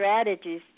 strategies